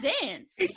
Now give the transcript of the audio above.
Dance